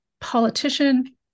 politician